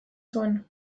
zuen